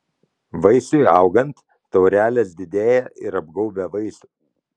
vaisiui augant taurelės didėja ir apgaubia vaisių